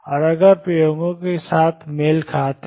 और अगर प्रयोगों के साथ मेल खाता है